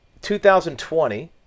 2020